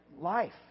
life